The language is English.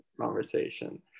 conversation